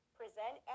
present